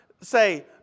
say